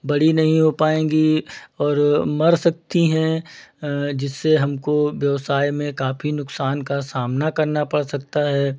बड़ी नहीं हो पाएँगी और मर सकती हैं जिससे हमको व्यवसाय में काफ़ी नुकसान का सामना करना पड़ सकता है